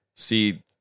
See